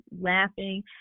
laughing